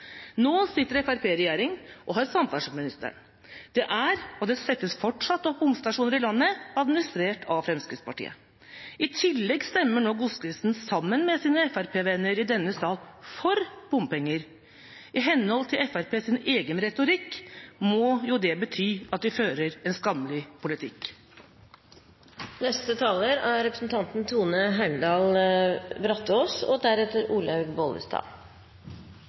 Nå sitter Fremskrittspartiet i regjering og har samferdselsministeren. Det er og det settes fortsatt opp bomstasjoner i landet, administrert av Fremskrittspartiet. I tillegg stemmer nå Godskesen sammen med sine fremskrittspartivenner i denne sal for bompenger. I henhold til Fremskrittspartiets egen retorikk må jo det bety at de fører en skammelig politikk. I fjor ville landet ha en ny regjering, og